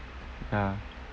ya